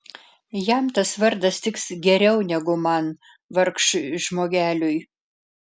jam tas vardas tiks geriau negu man vargšui žmogeliui